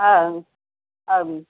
ಹಾಂ ಹಾಂ